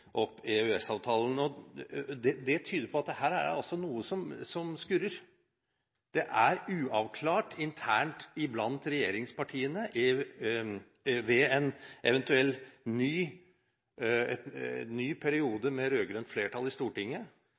opp EØS-avtalen. Det tyder på at her er det noe som skurrer. Det er uavklart internt blant regjeringspartiene. Ved en eventuell ny periode med rød-grønt flertall i Stortinget